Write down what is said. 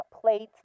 plates